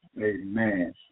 Amen